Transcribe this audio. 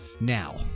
Now